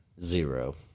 Zero